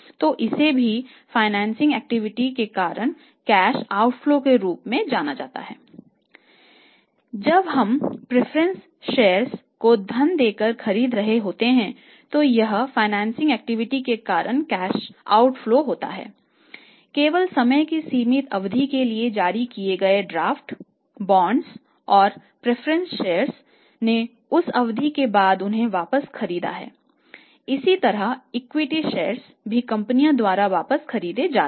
यह financing activities के कारण कैश आउट फ्लो के रूप में जाना जाता है